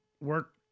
work